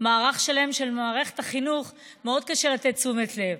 מערך שלם של מערכת החינוך מאוד קשה לתת תשומת לב.